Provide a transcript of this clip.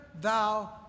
thou